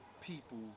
people